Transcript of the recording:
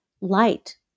light